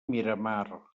miramar